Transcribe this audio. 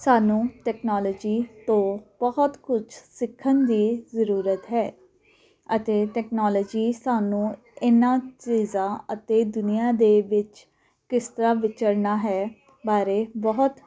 ਸਾਨੂੰ ਟੈਕਨੋਲੋਜੀ ਤੋਂ ਬਹੁਤ ਕੁਛ ਸਿੱਖਣ ਦੀ ਜ਼ਰੂਰਤ ਹੈ ਅਤੇ ਟੈਕਨੋਲੋਜੀ ਸਾਨੂੰ ਇਹਨਾਂ ਚੀਜ਼ਾਂ ਅਤੇ ਦੁਨੀਆ ਦੇ ਵਿੱਚ ਕਿਸ ਤਰ੍ਹਾਂ ਵਿਚਰਨਾ ਹੈ ਬਾਰੇ ਬਹੁਤ